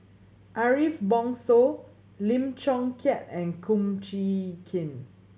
Ariff Bongso Lim Chong Keat and Kum Chee Kin